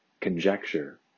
conjecture